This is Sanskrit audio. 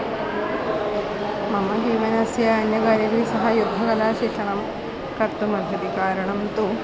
मम जीवनस्य अन्येन सह युद्धकलाशिक्षणं कर्तुमर्हति कारणं तु